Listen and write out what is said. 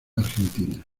argentina